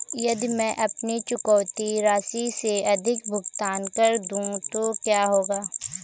यदि मैं अपनी चुकौती राशि से अधिक भुगतान कर दूं तो क्या होगा?